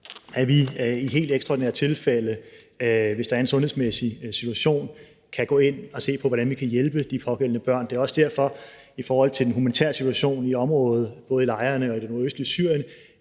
at vi i helt ekstraordinære tilfælde, hvis der er en sundhedsmæssig situation, kan gå ind og se på, hvordan vi kan hjælpe de pågældende børn. Det er også derfor, at Danmark i forhold til den humanitære situation i området, både i lejrene og i det nordøstlige Syrien,